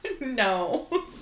No